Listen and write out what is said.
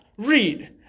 Read